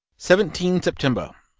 seventeen september.